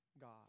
God